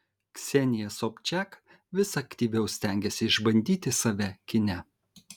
ksenija sobčak vis aktyviau stengiasi išbandyti save kine